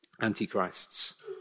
antichrists